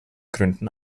gründen